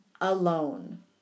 alone